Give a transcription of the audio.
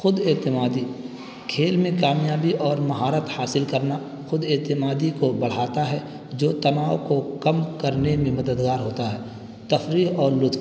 خود اعتمادی کھیل میں کامیابی اور مہارت حاصل کرنا خود اعتمادی کو بڑھاتا ہے جو تناؤ کو کم کرنے میں مددگار ہوتا ہے تفریح اور لطف